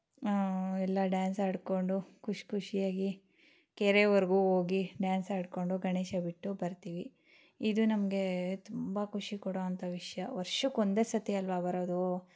ಎಲ್ಲ ಡ್ಯಾನ್ಸ್ ಆಡಿಕೊಂಡು ಖುಷಿ ಖುಷಿಯಾಗಿ ಕೆರೆವರೆಗೂ ಹೋಗಿ ಡ್ಯಾನ್ಸ್ ಆಡಿಕೊಂಡು ಗಣೇಶ ಬಿಟ್ಟು ಬರ್ತೀವಿ ಇದು ನಮಗೆ ತುಂಬ ಖುಷಿ ಕೊಡುವಂಥ ವಿಷಯ ವರ್ಷಕ್ಕೊಂದೇ ಸರ್ತಿ ಅಲ್ಲವಾ ಬರೋದು